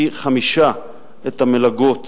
פי-חמישה את המלגות